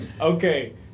Okay